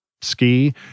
ski